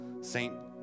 Saint